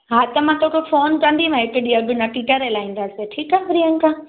हा त मां तोखे फ़ोन कंदीमांए हिकु ॾींहुं अॻु नकी करे लाईंदासीं त ठीकु आहे प्रियंका